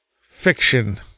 Fiction